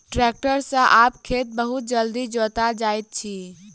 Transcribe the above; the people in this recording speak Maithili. ट्रेक्टर सॅ आब खेत बहुत जल्दी जोता जाइत अछि